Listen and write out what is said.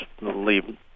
leave